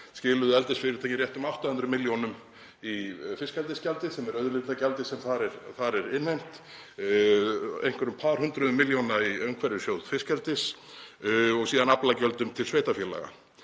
skiluðu eldisfyrirtækin rétt um 800 milljónum í fiskeldisgjaldið, sem er auðlindagjaldið sem þar er innheimt, einhverjum par hundruðum milljóna í umhverfissjóð fiskeldis og síðan aflagjöldum til sveitarfélaga.